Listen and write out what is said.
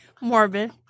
Morbid